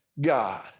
God